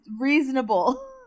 reasonable